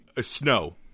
snow